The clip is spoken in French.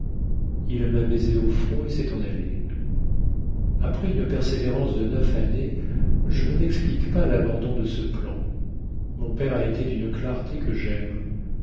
il m'a baisée au front et s'est en allé après une persévérance de neuf années je ne m'explique pas l'abandon de ce plan mon père a été d'une clarté que j'aime